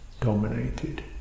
dominated